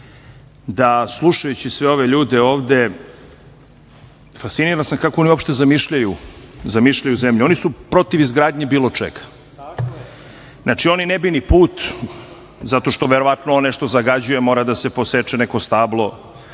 slušajući sve ove ljude ovde, kako oni uopšte zamišljaju zemlju. Oni su protiv izgradnje bilo čega. Znači, oni ne bi ni put zato što verovatno nešto zagađuje, mora da se poseče neko stablo,